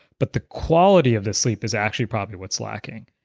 but the quality of the sleep is actually probably what's lacking.